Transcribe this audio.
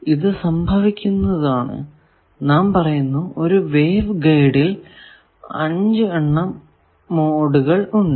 ഇത് സംഭവിക്കുന്നതാണ് നാം പറയുന്നു ഒരു വേവ് ഗൈഡിൽ 5 മോഡുകൾ ഉണ്ട്